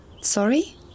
Sorry